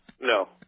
No